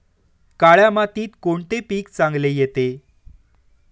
काळ्या मातीत कोणते पीक चांगले येते?